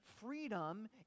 freedom